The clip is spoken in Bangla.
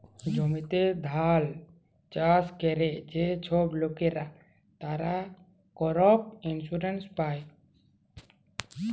জমিতে ধাল চাষ ক্যরে যে ছব লকরা, তারা করপ ইলসুরেলস পায়